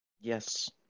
Yes